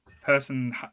person